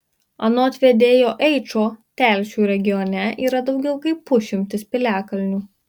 anot vedėjo eičo telšių regione yra daugiau kaip pusšimtis piliakalnių